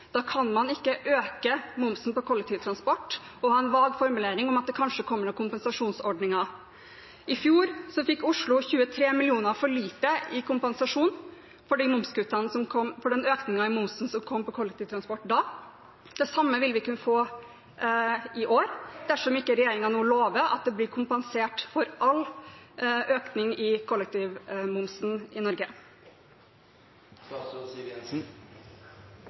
Da kan man ikke øke momsen på kollektivtransport og ha en vag formulering om at det kanskje kommer noen kompensasjonsordninger. I fjor fikk Oslo 23 mill. kr for lite i kompensasjon for den økningen i momsen som kom på kollektivtransport da. Det samme vil vi kunne få i år dersom ikke regjeringen nå lover at det blir kompensert for all økning av kollektivtransportmomsen i Norge.